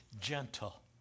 gentle